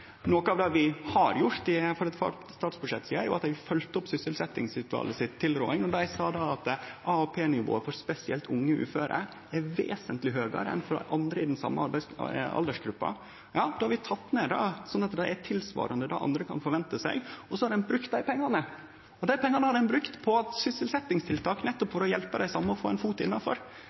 Noko av det vi har gjort, for eitt statsbudsjett sidan, er at vi følgde opp tilrådinga frå sysselsetjingsutvalet. Dei sa at AAP-nivået for spesielt unge uføre er vesentleg høgare enn for andre i den same aldersgruppa. Då har vi redusert det, slik at det er tilsvarande det andre kan forvente seg. Så har ein brukt dei pengane på sysselsetjingstiltak for å hjelpe dei same til å få ein fot innanfor.